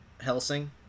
Helsing